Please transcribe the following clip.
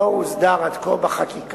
לא הוסדר עד כה בחקיקה.